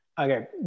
Okay